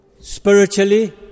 spiritually